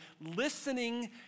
listening